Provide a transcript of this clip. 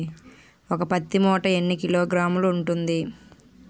ఒక పత్తి మూట ఎన్ని కిలోగ్రాములు ఉంటుంది?